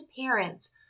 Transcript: parents